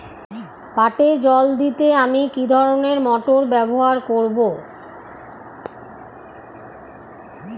পাটে জল দিতে আমি কি ধরনের মোটর ব্যবহার করব?